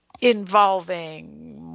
Involving